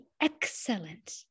excellent